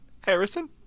Harrison